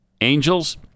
Angels